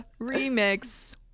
remix